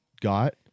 got